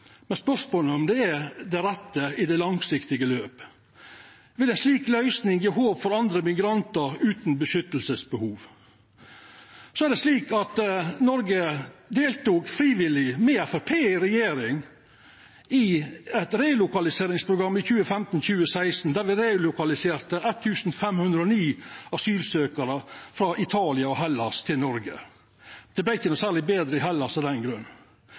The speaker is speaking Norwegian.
Spørsmålet er om det på lengre sikt er det rette. Vil ei slik løysing gje håp for andre immigrantar utan behov for vern? Så er det slik at Noreg frivillig – med Framstegspartiet i regjering – deltok i eit relokaliseringsprogram i 2015–2016, der me relokaliserte 1 509 asylsøkjarar frå Italia og Hellas til Noreg. Det vart ikkje særleg betre i Hellas av den grunn.